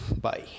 Bye